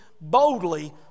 boldly